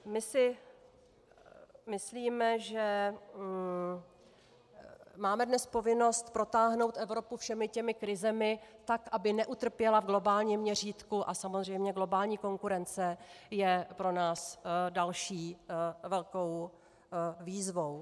My si myslíme, že máme dnes povinnost protáhnout Evropu všemi těmi krizemi tak, aby neutrpěla v globálním měřítku, a samozřejmě globální konkurence je pro nás další velkou výzvou.